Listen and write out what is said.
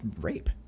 rape